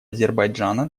азербайджана